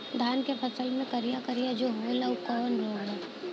धान के फसल मे करिया करिया जो होला ऊ कवन रोग ह?